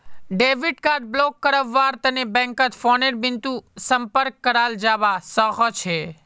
debit card block करव्वार तने बैंकत फोनेर बितु संपर्क कराल जाबा सखछे